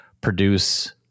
produce